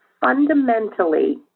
fundamentally